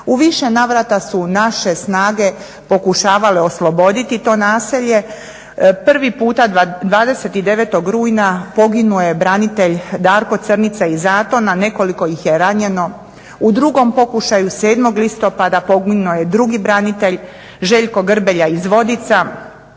U više navrata su naše snage pokušavale osloboditi to naselje, prvi puta 29. rujna, poginuo je branitelj Darko Crnica iz Zatona, nekoliko ih je ranjeno. U drugom pokušaju 7. listopada poginuo je drugi branitelj Željko Grbelja iz Vodica.